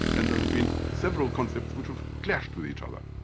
and there have been several concepts which have clashed with each other.